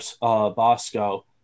Bosco